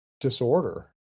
disorder